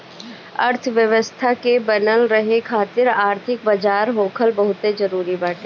अर्थव्यवस्था के बनल रहे खातिर आर्थिक बाजार होखल बहुते जरुरी बाटे